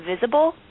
visible